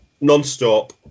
Non-stop